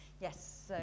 yes